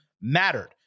mattered